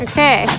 Okay